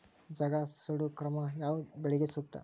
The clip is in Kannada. ಜಗಾ ಸುಡು ಕ್ರಮ ಯಾವ ಬೆಳಿಗೆ ಸೂಕ್ತ?